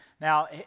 Now